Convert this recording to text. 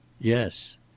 Yes